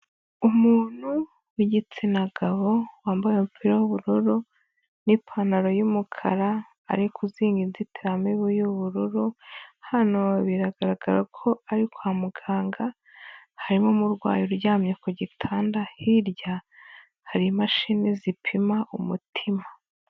Umuntu w'igitsina gabo, wambaye umupira w'ubururu n'ipantaro y'umukara, ari kuzinga inzitiramibu y'ubururu, hano biragaragara ko ari kwa muganga, harimo umurwayi uryamye ku gitanda, hirya hari imashini zipima umutima.